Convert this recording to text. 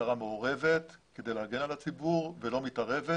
משטרה מעורבת כדי להגן על הציבור ולא מתערבת,